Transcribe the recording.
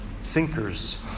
thinkers